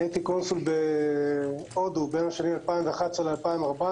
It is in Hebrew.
אני הייתי קונסול בהודו בין השנים 2011 ל-2014,